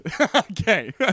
Okay